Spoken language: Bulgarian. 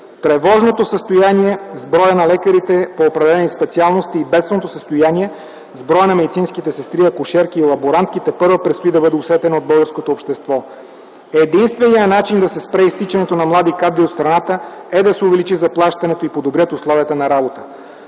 Тревожното състояние с броя на лекарите по определени специалности и бедственото състояние с броя на медицинските сестри, акушерки и лаборантки тепърва предстои да бъде усетено от българското общество. Единственият начин да се спре изтичането на млади кадри от страната е да се увеличи заплащането и подобрят условията на работа.